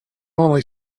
only